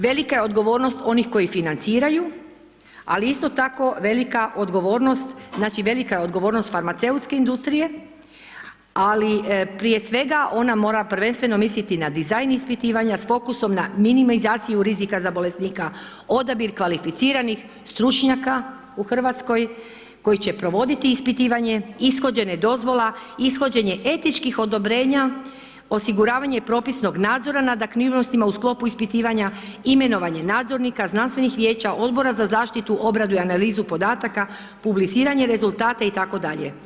Velika je odgovornost onih koji financiraju, ali je isto tako velika odgovornost, znači velika je odgovornost farmaceutske industrije, ali prije svega ona mora prvenstveno misliti na dizajn ispitivanja s fokusom na minimizaciju rizika za bolesnika, odabir kvalificiranih stručnjaka u Hrvatskoj koji će provoditi ispitivanja, ishođenje dozvola, ishođenje etičkih odobrenja, osiguranje propisno nadzora nad aktivnostima u sklopu ispitivanja, imenovanje nadzornika, znanstvenih vijeća, odbora za zaštitu, obradu i analizu podataka, publiciranje rezultata itd.